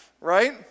right